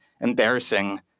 embarrassing